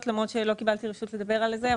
למרות שלא קיבלתי רשות לדבר על זה.